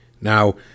Now